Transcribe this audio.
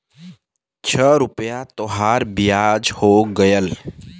छह रुपइया तोहार बियाज हो गएल